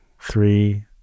three